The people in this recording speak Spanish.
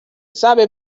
sabe